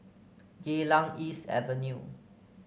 Geylang East Avenue